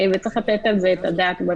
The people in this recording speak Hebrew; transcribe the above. וצריך לתת על זה את הדעת.